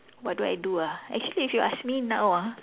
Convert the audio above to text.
what do I do ah actually if you ask me now ah